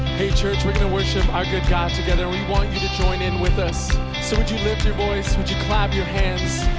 hey church we're going to worship our good god together, we want you to join in with us. so would you lift your voice, would you clap your hands.